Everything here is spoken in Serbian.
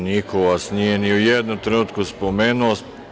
Niko vas nije ni u jednom trenutku spomenuo.